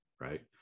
right